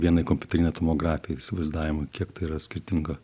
vienai kompiuterine tomografijai įsivaizdavimui kiek tai yra skirtinga